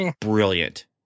brilliant